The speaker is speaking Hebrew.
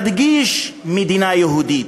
מדגיש: מדינה יהודית.